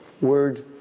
word